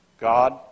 God